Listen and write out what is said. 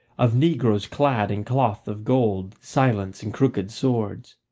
of negroes clad in cloth of gold, silence, and crooked swords,